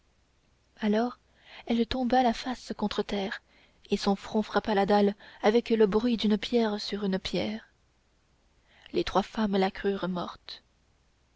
alors elle tomba la face contre terre et son front frappa la dalle avec le bruit d'une pierre sur une pierre les trois femmes la crurent morte